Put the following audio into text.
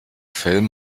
film